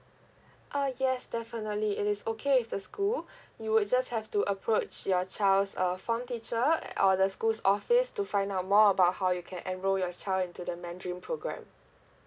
uh yes definitely it is okay with the school you will just have to approach your child's uh form teacher and or the school's office to find out more about how you can enroll your child into the mandarin program